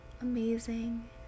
amazing